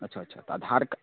अच्छा अच्छा तऽ आधारके